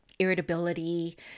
irritability